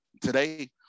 today